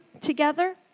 together